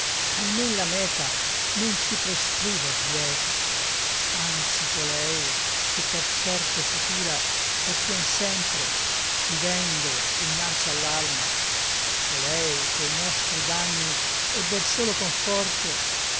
strade almen la meta non ci prescriver lieta anzi colei che per certo futura portiam sempre vivendo innanzi all'alma colei che i nostri danni ebber solo conforto